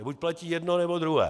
Buď platí jedno, nebo druhé.